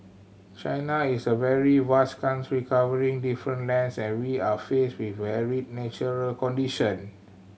China is a very vast country covering different lands and we are faced with varied natural condition